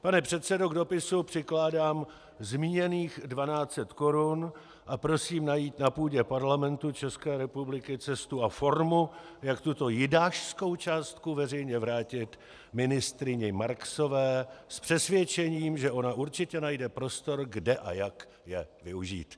Pane předsedo, k dopisu přikládám zmíněných 1 200 korun a prosím najít na půdě Parlamentu České republiky cestu a formu, jak tuto jidášskou částku veřejně vrátit ministryni Marksové s přesvědčením, že ona určitě najde prostor, kde a jak je využít.